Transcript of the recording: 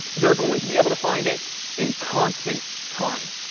they're going to be able to find it in constant time.